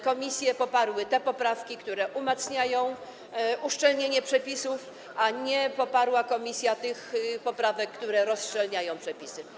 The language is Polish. Komisja poparła te poprawki, które umacniają uszczelnienie przepisów, a nie poparła tych poprawek, które rozszczelniają przepisy.